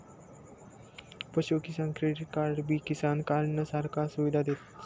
पशु किसान क्रेडिट कार्डबी किसान कार्डनं सारखा सुविधा देस